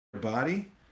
body